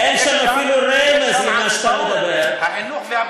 אין שם אפילו רמז למה שאתה מדבר עליו.